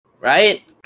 Right